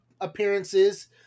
appearances